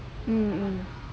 mmhmm